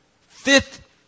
fifth